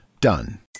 done